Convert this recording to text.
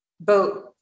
boat